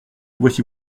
voici